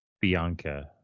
bianca